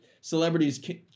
celebrities